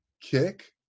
kick